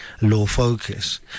LawFocus